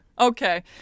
Okay